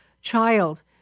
child